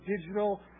digital